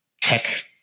tech